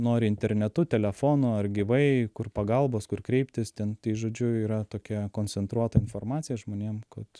nori internetu telefonu ar gyvai kur pagalbos kur kreiptis ten žodžiu yra tokia koncentruota informacija žmonėm kad